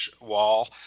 wall